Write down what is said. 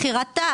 מכירתה,